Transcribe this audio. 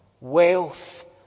wealth